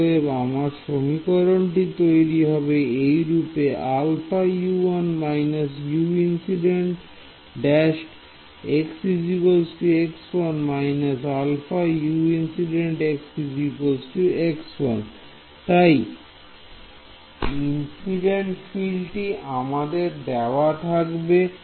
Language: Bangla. অতএব আমার সমীকরণটি তৈরি হবে এইরূপে হ্যাঁ ইনসিডেন্ট ফিল্ডটি আমাদের দেওয়া থাকবে